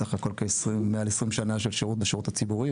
סך הכל מעל עשרים שנה של שירות בשירות הציבורי,